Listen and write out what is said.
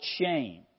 shame